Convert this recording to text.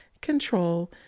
control